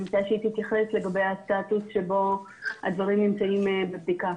מציעה שהיא תתייחס לסטטוס בו הדברים נמצאים הדברים שבבדיקה.